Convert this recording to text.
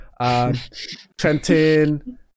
Trentin